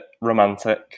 romantic